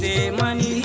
money